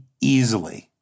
easily